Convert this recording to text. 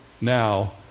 now